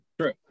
True